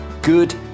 good